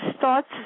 thoughts